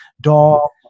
dog